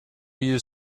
you